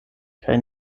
kaj